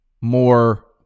more